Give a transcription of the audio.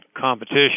competition